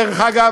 דרך אגב,